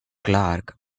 clark